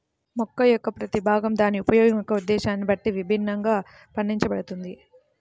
మొక్క యొక్క ప్రతి భాగం దాని ఉపయోగం యొక్క ఉద్దేశ్యాన్ని బట్టి విభిన్నంగా పండించబడుతుంది